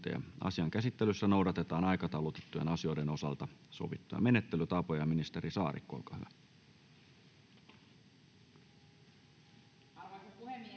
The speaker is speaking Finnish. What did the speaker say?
Asian käsittelyssä noudatetaan aikataulutettujen asioiden osalta sovittuja menettelytapoja. — Ministeri Saarikko, olkaa hyvä.